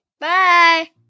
Bye